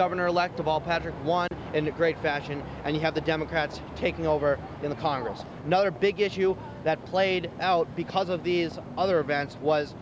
governor elect of all patrick in the great fashion and you have the democrats taking over in the congress another big issue that played out because of these other events was